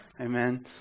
Amen